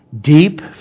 deep